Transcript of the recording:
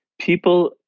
People